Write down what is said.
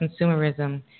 consumerism